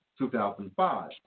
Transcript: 2005